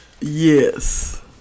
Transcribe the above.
yes